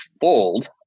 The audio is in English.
fold